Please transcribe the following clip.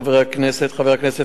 חברי הכנסת,